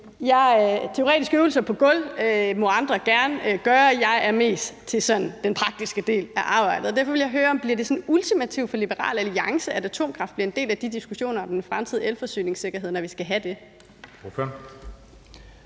det. Teoretiske øvelser på gulv må andre gerne gøre; jeg er mest til den praktiske del af arbejdet. Derfor vil jeg høre, om det bliver ultimativt for Liberal Alliance, at atomkraft bliver en del af de diskussioner om den fremtidige elforsyningssikkerhed, når vi skal have det.